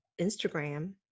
Instagram